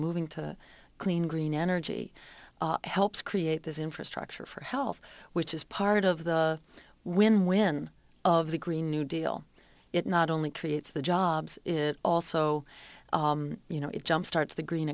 moving to clean green energy helps create this infrastructure for health which is part of the win win of the green new deal it not only creates the jobs is also you know it jumpstart the green